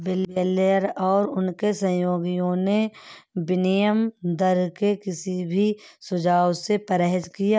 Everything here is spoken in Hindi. ब्लेयर और उनके सहयोगियों ने विनिमय दर के किसी भी सुझाव से परहेज किया